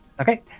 Okay